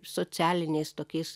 socialiniais tokiais